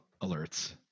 alerts